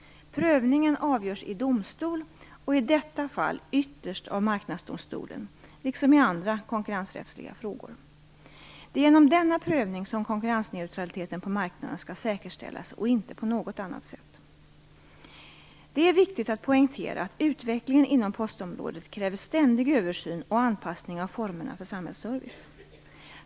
Prövningen avgörs i domstol och i detta fall ytterst av Marknadsdomstolen liksom i andra konkurrensrättsliga frågor. Det är genom denna prövning som konkurrensneutraliteten på marknaden skall säkerställas och inte på något annat sätt. Det är viktigt att poängtera att utvecklingen inom postområdet kräver ständig översyn och anpassning av formerna för samhällsservice.